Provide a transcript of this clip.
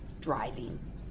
driving